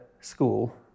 school